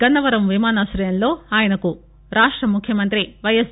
గన్నవరం విమానాశయంలో ఆయనకు రాష్ట్ర ముఖ్యమంతి వైఎస్